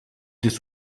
this